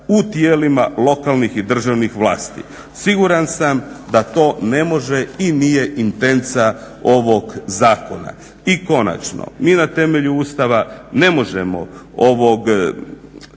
u tijelima lokalnih i državnih vlasti. Siguran sam da to ne može i nije intenca ovog zakona. I konačno, mi na temelju Ustava ne možemo